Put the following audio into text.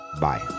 bye